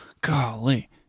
Golly